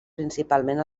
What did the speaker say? principalment